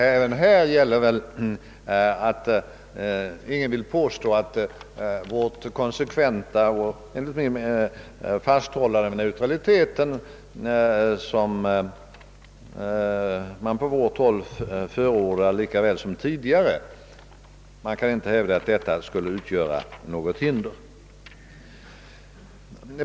Även i det fallet gäller att ingen kan påstå att vårt konsekventa fasthållande av neutraliteten kan utgöra något hinder.